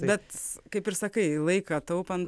bet kaip ir sakai laiką taupant